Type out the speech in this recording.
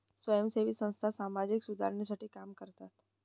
स्वयंसेवी संस्था सामाजिक सुधारणेसाठी काम करतात